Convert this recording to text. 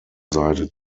seite